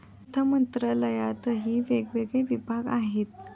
अर्थमंत्रालयातही वेगवेगळे विभाग आहेत